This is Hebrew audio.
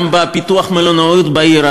גם בפיתוח המלונאות בעיר.